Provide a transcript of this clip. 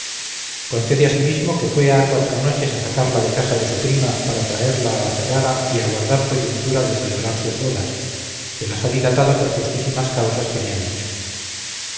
se ofreciere concede asimismo que fue ha cuatro noches a sacarla de casa de su prima para traerla a ferrara y aguardar coyuntura de celebrar sus bodas que las ha dilatado por justísimas causas que me ha dicho